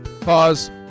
Pause